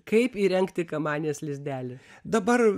kaip įrengti kamanės lizdelį dabar